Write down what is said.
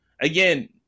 again